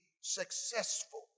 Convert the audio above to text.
successful